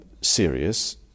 serious